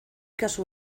kasu